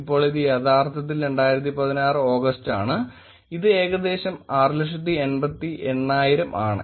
ഇപ്പോൾ ഇത് യഥാർത്ഥത്തിൽ 2016 ഓഗസ്റ്റ് ആണ് ഇത് ഏകദേശം 688000 ആണ്